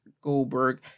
Goldberg